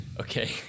Okay